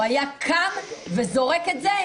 הוא היה קם וזורק את זה?